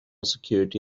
security